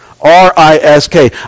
R-I-S-K